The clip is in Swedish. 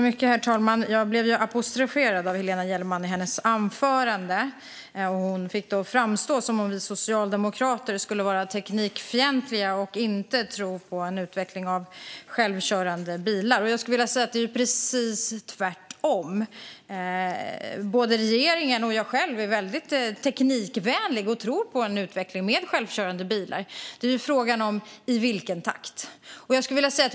Herr talman! Jag blev apostroferad av Helena Gellerman i hennes anförande. Hon fick det att framstå som att vi socialdemokrater skulle vara teknikfientliga och inte tro på en utveckling av självkörande bilar. Jag skulle vilja säga att det är precis tvärtom. Både regeringen och jag själv är mycket teknikvänliga och tror på en utveckling med självkörande bilar. Frågan är i vilken takt det ska ske.